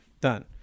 done